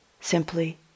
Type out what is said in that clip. simply